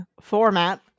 format